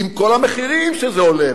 עם כל המחירים שזה עולה,